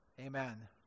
Amen